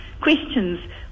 questions